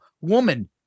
woman